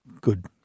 good